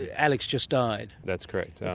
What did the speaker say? ah alex just died. that's correct.